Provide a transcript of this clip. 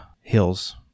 hills